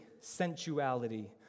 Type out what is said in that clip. sensuality